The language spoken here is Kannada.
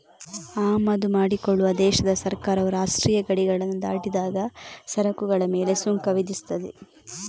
ಆಮದು ಮಾಡಿಕೊಳ್ಳುವ ದೇಶದ ಸರ್ಕಾರವು ರಾಷ್ಟ್ರೀಯ ಗಡಿಗಳನ್ನ ದಾಟಿದಾಗ ಸರಕುಗಳ ಮೇಲೆ ಸುಂಕ ವಿಧಿಸ್ತದೆ